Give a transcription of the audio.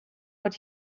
what